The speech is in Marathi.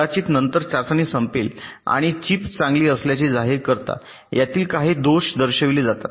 कदाचित नंतर चाचणी संपली आपण चिप चांगली असल्याचे जाहीर करता यातील काही दोष दर्शविले जातात